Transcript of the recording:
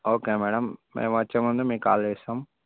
okay madam మేము వచ్చే ముందు మీకు కాల్ చేస్తాం